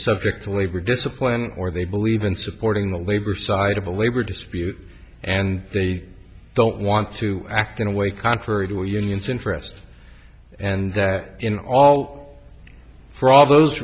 subject to labor discipline or they believe in supporting the labor side of a labor dispute and they don't want to act in a way contrary to unions interest and in all for all those